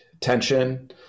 tension